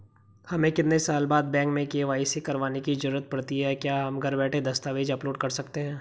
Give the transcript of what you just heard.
हमें कितने साल बाद बैंक में के.वाई.सी करवाने की जरूरत पड़ती है क्या हम घर बैठे दस्तावेज़ अपलोड कर सकते हैं?